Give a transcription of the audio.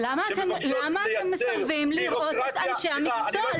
שמבקשות לייצר בירוקרטיה --- למה אתם מסרבים לראות את אנשי המקצוע?